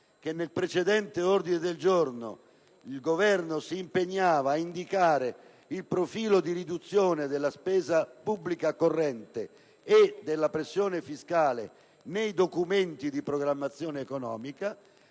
il precedente ordine del giorno impegnava il Governo ad indicare il profilo di riduzione della spesa pubblica corrente e della pressione fiscale nei Documenti di programmazione